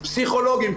פסיכולוגים,